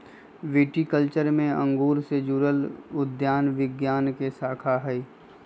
viticulture में अंगूर से जुड़ल उद्यान विज्ञान के शाखा हई